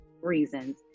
reasons